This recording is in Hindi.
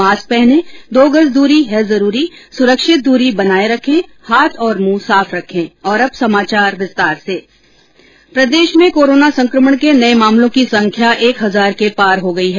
मास्क पहनें दो गज दूरी है जरूरी सुरक्षित दूरी बनाये रखें हाथ और मुंह साफ रखें प्रदेश में कोरोना संकमण के नए मामलों की संख्या एक हजार के पार हो गई है